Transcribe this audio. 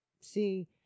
See